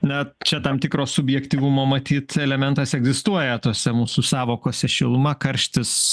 na čia tam tikro subjektyvumo matyt elementas egzistuoja tose mūsų sąvokose šiluma karštis